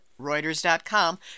Reuters.com